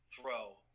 throw